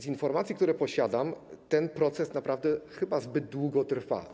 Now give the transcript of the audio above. Z informacji, które posiadam, wynika, że ten proces naprawdę chyba zbyt długo trwa.